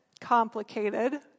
complicated